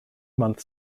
month